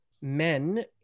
men